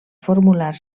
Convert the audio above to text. formar